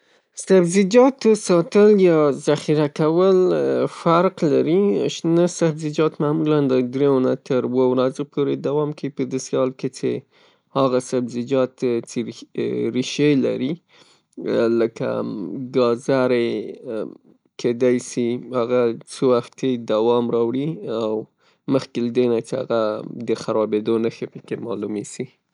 سبزیجاتو ساتل یا ذخیره کول فرق لري. شنه سبزیجات معمولان د دریو نه تر اووه ورځو پورې دوام کيی پداسې حال کې هغه سبزیجات چه ریشې لري لکه ګاذرې کیدای سي هغه څه وختې دوام راوړي او مخکې له دینه چه هغه د خرابیدو نښې پکې رامالومې سي.